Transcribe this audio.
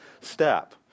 step